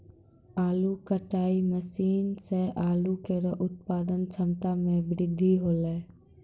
आलू कटाई मसीन सें आलू केरो उत्पादन क्षमता में बृद्धि हौलै